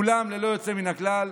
כולם ללא יוצא מן הכלל.